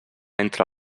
entra